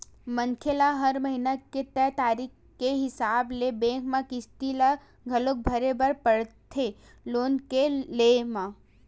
मनखे ल हर महिना के तय तारीख के हिसाब ले बेंक म किस्ती ल घलो भरे बर परथे लोन के लेय म